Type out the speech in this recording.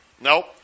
Nope